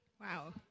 Wow